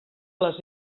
les